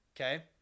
okay